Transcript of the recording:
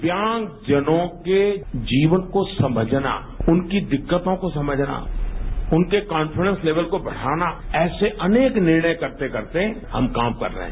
दिव्यांगजनों के जीवन को समझना उनकी दिक्कतों को समझना उनके कोन्फीडेंस लेवल को बढ़ाना ऐसे अनेक निर्णय करते करते हम काम कर रहे हैं